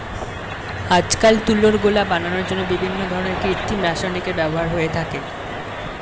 আজকাল তুলোর গোলা বানানোর জন্য বিভিন্ন ধরনের কৃত্রিম রাসায়নিকের ব্যবহার করা হয়ে থাকে